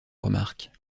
remarque